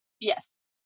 yes